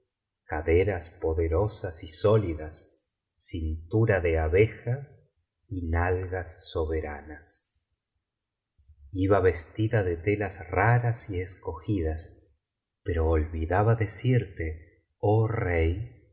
caderas poderosas y sólidas cintura de abeja y nalgas soberanas iba vestida de telas raras y escogidas pero olvidaba decirte oh rey